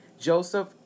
Joseph